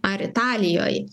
ar italijoj